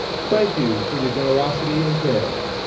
thank you for your generosity and caring,